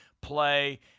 play